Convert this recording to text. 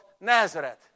Nazareth